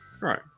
Right